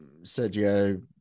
Sergio